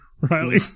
Riley